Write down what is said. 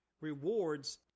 rewards